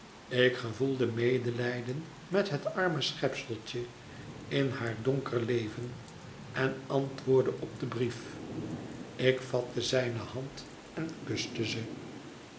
ik gevoelde medelijden met het arme schepseltje inhaar donker leven en antwoordde op den brief ik vatte zijne hand en kuste